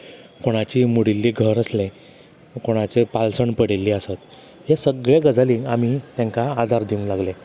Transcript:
कोणाची मोडिल्ली घर आसलें कोणाचें पालसण पडिल्ली आसत हें सगळें गजालीं आमी तांकां आदार दिवूंक लागलें